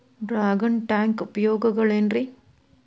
Dragon tank ಉಪಯೋಗಗಳೆನ್ರಿ?